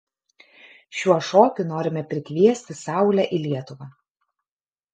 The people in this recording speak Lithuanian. šiuo šokiu norime prikviesti saulę į lietuvą